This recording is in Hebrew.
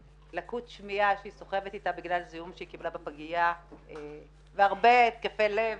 לקות שמיעה שהיא סוחבת אתה עקב זיהום שהיא קיבלה בפגיה והרבה התקפי לב